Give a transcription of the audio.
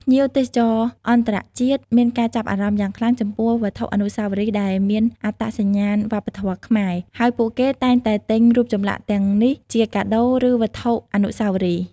ភ្ញៀវទេសចរអន្តរជាតិមានការចាប់អារម្មណ៍យ៉ាងខ្លាំងចំពោះវត្ថុអនុស្សាវរីយ៍ដែលមានអត្តសញ្ញាណវប្បធម៌ខ្មែរ ហើយពួកគេតែងតែទិញរូបចម្លាក់ទាំងនេះជាកាដូ ឬវត្ថុអនុស្សាវរីយ៍។